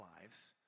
lives